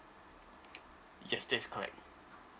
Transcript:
yes that is correct